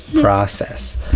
Process